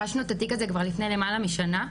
הגשנו את התיק הזה כבר לפני למעלה משנה.